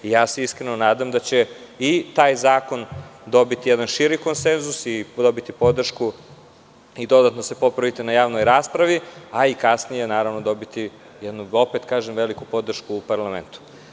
Iskreno se nadam da će i taj zakon dobiti jedan širi konsenzus i dobiti podršku i dodatno se popraviti na javnoj raspravi, a i kasnije dobiti jednu veliku podršku u parlamentu.